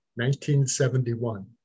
1971